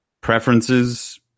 preferences